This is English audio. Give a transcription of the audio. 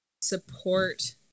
support